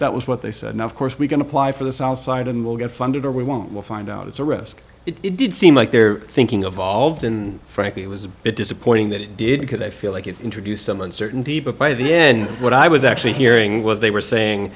that was what they said of course we can apply for this outside and we'll get funded or we won't we'll find out it's a risk it did seem like they're thinking of volved and frankly it was a bit supporting that it did because i feel like it introduced some uncertainty but by the end what i was actually hearing was they were saying